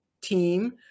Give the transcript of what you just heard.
team